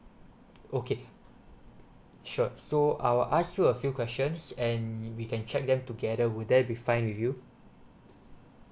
okay sure so I'll ask you a few questions and we can check them together will there be fine with you